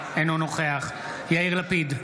אינו נוכח יאיר לפיד,